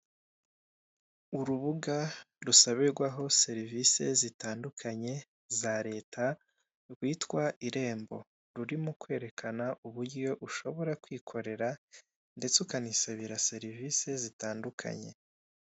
Urubuga rusabirwaho serivise zitandukanye za leta rwitwa irembo. Rurimo kwerekana uburyo ushobora kwikorera ndetse ukanisabira serivise zitandukanye.